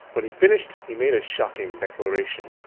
when he finished, he made a shocking declaration.